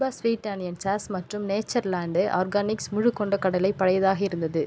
Veeba sweet onion sauce மற்றும் Natureland organics முழுக் கொண்டைக்கடலை பழையதாக இருந்தது